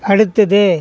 அடுத்தது